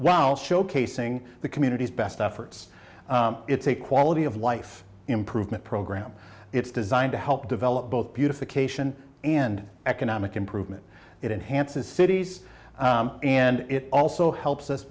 wow showcasing the communities best efforts it's a quality of life improvement program it's designed to help develop both beautification and economic improvement it enhances cities and it also helps us